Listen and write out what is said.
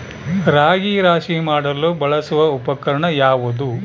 ರಾಗಿ ರಾಶಿ ಮಾಡಲು ಬಳಸುವ ಉಪಕರಣ ಯಾವುದು?